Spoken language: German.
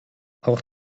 auch